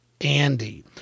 Andy